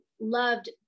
loved